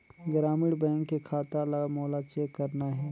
ग्रामीण बैंक के खाता ला मोला चेक करना हे?